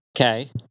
Okay